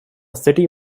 city